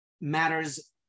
matters